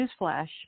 newsflash